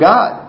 God